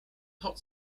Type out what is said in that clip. hot